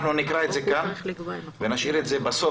אנחנו נקרא את זה גם ונשאיר את זה בסוף,